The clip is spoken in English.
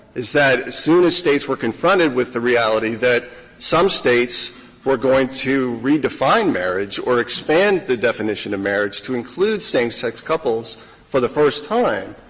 is that as soon as states were confronted with the reality that some states were going to redefine marriage or expand the definition of marriage to include same-sex couples for the first time,